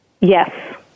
Yes